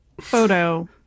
photo